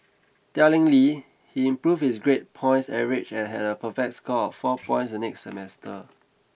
tellingly he improved his grade point average and had a perfect score of four points the next semester